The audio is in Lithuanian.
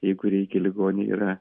jeigu reikia ligoniai yra